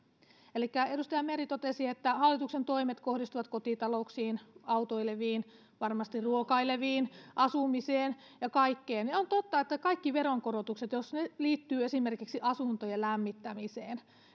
elikkä edustaja meri totesi että hallituksen toimet kohdistuvat kotitalouksiin autoileviin varmasti ruokaileviin asumiseen ja kaikkeen on totta että kaikki veronkorotukset jos ne liittyvät esimerkiksi asuntojen lämmittämiseen